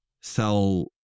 sell